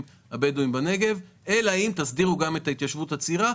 הבדואים בנגב אלא אם תסדירו גם את ההתיישבות הצעירה,